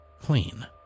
Clean